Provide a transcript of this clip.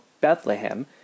Bethlehem